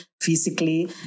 physically